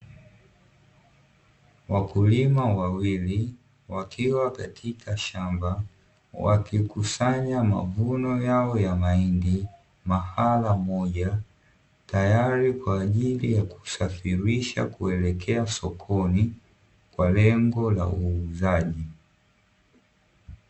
Wakulima wawili wakiwa katika shamba wakikusanya mavuno yao ya mahindi mahala moja, tayari kwaajili ya kusafirisha kuelekea sokoni kwa lengo la uuzaji.